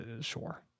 Sure